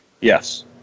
Yes